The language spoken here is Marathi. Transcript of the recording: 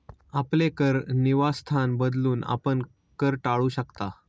आपले कर निवासस्थान बदलून, आपण कर टाळू शकता